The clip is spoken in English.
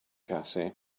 cassie